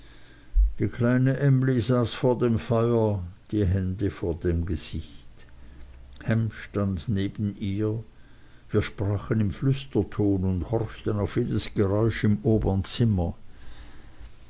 die kleine emly saß vor dem feuer die hände vor dem gesicht ham stand neben ihr wir sprachen im flüsterton und horchten auf jedes geräusch im obern zimmer